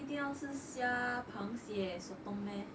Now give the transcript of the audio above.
一定要吃虾螃蟹 sotong meh